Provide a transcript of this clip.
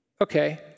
okay